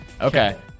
Okay